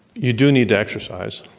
you do need to exercise.